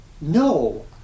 no